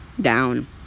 down